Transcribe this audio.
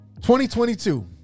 2022